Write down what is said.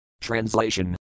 Translation